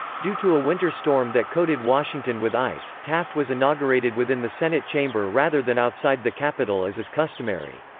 due to a winter storm that coated washington with ice, taft was inaugurated within the senate chamber rather than outside the capitol as is customary.